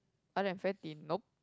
other than friends he nope